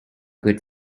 good